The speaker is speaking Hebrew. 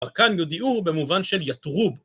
כאן יודיעוהו במובן של יתרו.